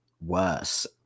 worse